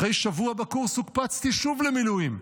אחרי שבוע בקורס הוקפצתי שוב למילואים,